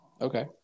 Okay